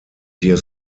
dear